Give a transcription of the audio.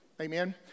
Amen